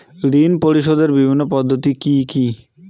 ঋণ পরিশোধের বিভিন্ন পদ্ধতি কি কি?